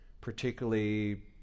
particularly